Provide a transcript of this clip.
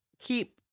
keep